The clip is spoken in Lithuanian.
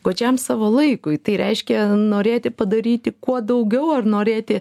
godžiam savo laikui tai reiškia norėti padaryti kuo daugiau ar norėti